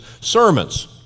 sermons